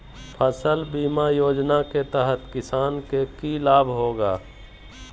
फसल बीमा योजना के तहत किसान के की लाभ होगा?